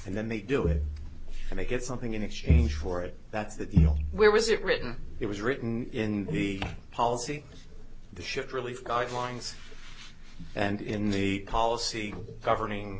and then they do it and they get something in exchange for it that's that you know where was it written it was written in the policy shift relief guidelines and in the policy governing